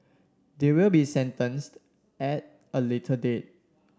they will be sentenced at a later date